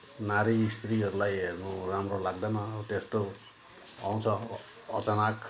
नारी स्त्रीहरूलाई हेर्नु राम्रो लाग्दैन अब त्यस्तो आउँछ अ अचानाक